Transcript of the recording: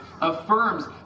affirms